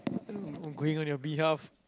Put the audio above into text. and going on your behalf